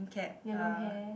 yellow hair